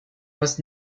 was